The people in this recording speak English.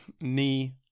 knee